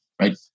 right